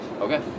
Okay